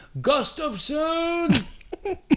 Gustafsson